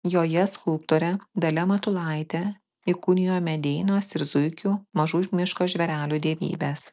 joje skulptorė dalia matulaitė įkūnijo medeinos ir zuikių mažų miško žvėrelių dievybes